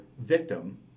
victim